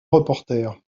reporter